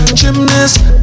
gymnast